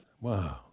Wow